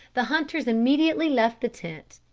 the hunters immediately left the tent,